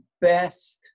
best